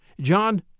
John